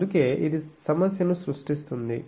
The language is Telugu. అందుకే ఇది సమస్యను సృష్టిస్తుంది